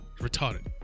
Retarded